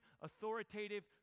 authoritative